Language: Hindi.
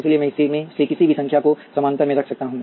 इसलिए मैं इसमें से किसी भी संख्या को समानांतर में रख सकता हूं